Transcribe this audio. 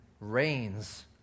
reigns